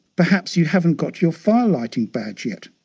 perhaps you haven't got your fire lighting badge yet?